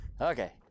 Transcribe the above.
Okay